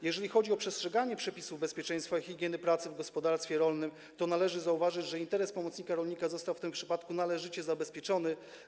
Jeżeli chodzi o przestrzeganie przepisów z zakresu bezpieczeństwa i higieny pracy w gospodarstwie rolnym, to należy zauważyć, że interes pomocnika rolnika został w tym przypadku należycie zabezpieczony.